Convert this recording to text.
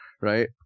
right